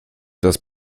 das